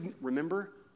Remember